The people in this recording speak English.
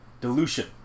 dilution